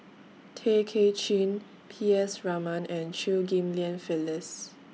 Tay Kay Chin P S Raman and Chew Ghim Lian Phyllis